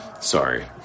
Sorry